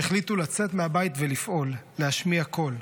שהחליטו לצאת מהבית ולפעול, להשמיע קול,